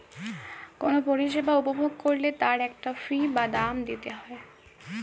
কোনো পরিষেবা উপভোগ করলে তার একটা ফী বা দাম দিতে হয়